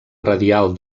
radial